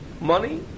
money